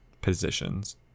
positions